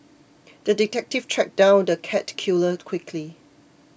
the detective tracked down the cat killer quickly